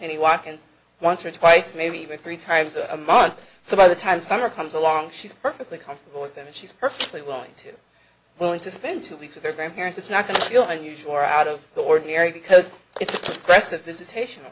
penny watkins once or twice maybe even three times a month so by the time summer comes along she's perfectly comfortable with them and she's perfectly willing to willing to spend two weeks of their grandparents it's not going to feel the usual or out of the ordinary because it's best if this is haitian